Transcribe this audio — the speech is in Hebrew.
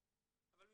לפחד?